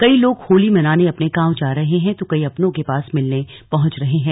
कई लोग होली मनाने अपने गांव जा रहे हैं तो कई अपनों के पास मिलने पहुंच रहे हैं